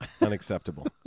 unacceptable